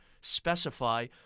specify